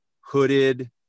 hooded